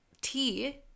tea